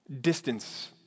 distance